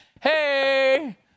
hey